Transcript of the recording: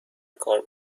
کار